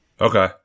Okay